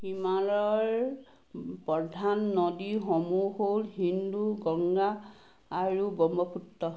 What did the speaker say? হিমালয়ৰ প্ৰধান নদীসমূহ হ'ল সিন্ধু গংগা আৰু ব্ৰহ্মপুত্ৰ